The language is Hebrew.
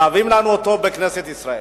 בכנסת ישראל.